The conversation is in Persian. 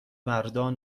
مردان